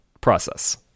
process